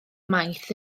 maith